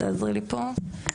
תעשרי לי פה.